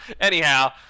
Anyhow